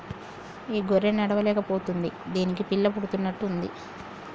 ఈ గొర్రె నడవలేక పోతుంది దీనికి పిల్ల పుడుతున్నట్టు ఉంది